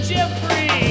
Jeffrey